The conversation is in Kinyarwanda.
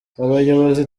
abayobozi